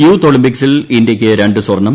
youth ഒളിമ്പിക്സിൽ ഇന്തൃയ്ക്ക് രണ്ടാം സ്വർണം